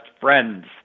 friends